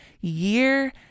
year